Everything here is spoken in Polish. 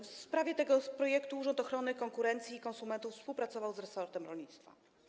W sprawie tego projektu Urząd Ochrony Konkurencji i Konsumentów współpracował z resortem rolnictwa.